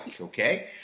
okay